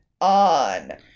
on